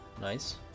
nice